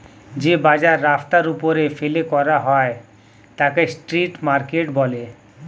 যে বাজার রাস্তার ওপরে ফেলে করা হয় তাকে স্ট্রিট মার্কেট বলে